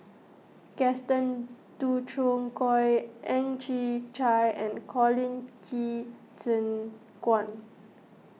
Gaston Dutronquoy Ang Chwee Chai and Colin Qi Zhe Quan